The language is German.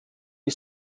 die